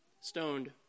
stoned